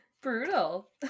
Brutal